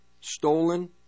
stolen